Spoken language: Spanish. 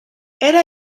era